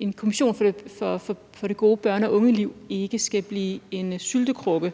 en kommission for det gode børne- og ungeliv ikke skal blive en syltekrukke.